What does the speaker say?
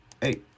Hey